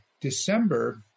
December